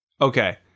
Okay